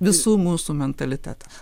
visų mūsų mentalitetas